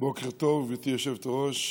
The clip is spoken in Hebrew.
בוקר טוב, גברתי היושבת-ראש.